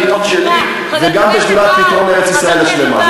גם בשדולת שתי המדינות שלי וגם בשדולת פתרון ארץ-ישראל השלמה.